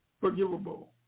forgivable